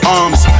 arms